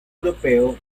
europeo